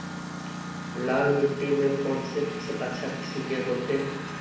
लाल मिट्टी में कौन से फसल अच्छा किस्म के होतै?